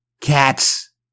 cats